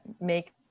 make